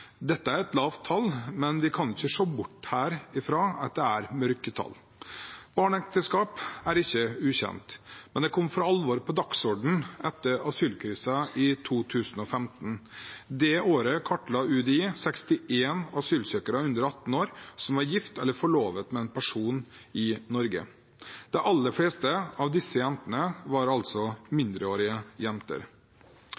Dette er et lavt tall, men de kan ikke se bort fra at det er mørketall her. Barneekteskap er ikke ukjent, men det kom for alvor på dagsordenen etter asylkrisen i 2015. Det året kartla UDI 61 asylsøkere under 18 år som var gift eller forlovet med en person i Norge. De aller fleste av disse var altså